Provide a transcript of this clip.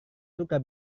suka